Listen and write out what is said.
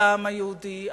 על העם היהודי,